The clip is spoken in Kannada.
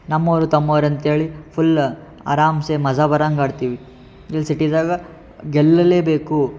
ನಮ್ಮೋವ್ರು ತಮ್ಮೋರು ಅಂತ್ಹೇಳಿ ಫುಲ್ಲ ಆರಾಮ್ಸೆ ಮಜಾ ಬರಂಗೆ ಆಡ್ತೀವಿ ಇಲ್ಲಿ ಸಿಟಿದಾಗ ಗೆಲ್ಲಲೇ ಬೇಕು